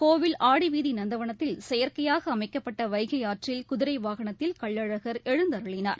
கோவில் ஆடிவீதிநந்தவனத்தில் செயற்கையாகஅமைக்கப்பட்டவைகைஆற்றில் குதிரைவாகனத்தில் கள்ளழகர் எழுந்தருளினார்